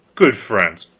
good friends,